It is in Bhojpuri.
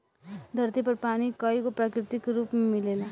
धरती पर पानी कईगो प्राकृतिक रूप में मिलेला